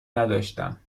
نداشتم